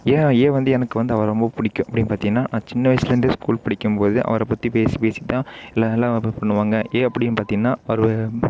ஏன் ஏன் வந்து எனக்கு வந்து அவரை ரொம்ப பிடிக்கும்னு அப்படின்னு பார்த்தீங்கன்னா நான் சின்ன வயசுலேருந்து ஸ்கூல் படிக்கும்போது அவரை பற்றி பேசி பேசி தான் எல்லாம் அப்டேட் பண்ணுவாங்க ஏன் அப்படின்னு பார்த்தீங்கன்னா அவர்